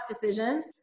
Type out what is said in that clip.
decisions